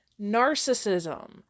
narcissism